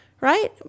right